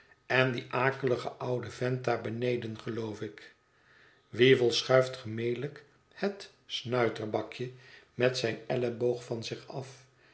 en die akelige oude vent daar beneden geloof ik weevle schuift gemelijk het snuiterbakje met zijn elleboog van zich af